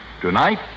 Tonight